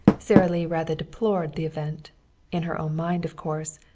sara lee rather deplored the event in her own mind, of course,